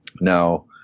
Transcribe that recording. now